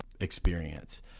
experience